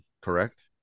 correct